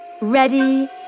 Ready